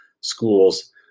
schools